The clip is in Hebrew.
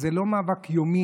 זה לא מאבק יומי,